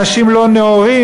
אנשים לא נאורים,